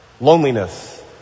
Loneliness